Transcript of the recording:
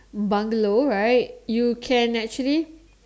bungalow right you can actually